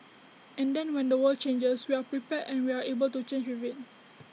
and then when the world changes we are prepared and we are able to change with IT